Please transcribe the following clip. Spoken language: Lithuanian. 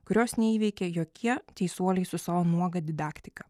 kurios neįveikė jokie teisuoliai su savo nuoga didaktika